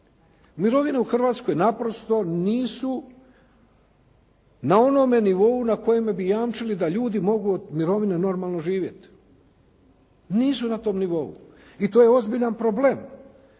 Mirovine u Hrvatskoj naprosto nisu na onome nivou na kojem bi jamčili da ljudi mogu od mirovine normalno živjeti. Nisu na tom nivou i to je ozbiljan problem.